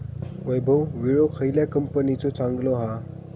वैभव विळो खयल्या कंपनीचो चांगलो हा?